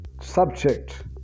subject